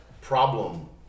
problem